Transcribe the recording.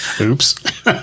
Oops